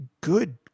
good